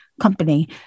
company